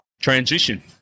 transition